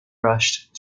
rushed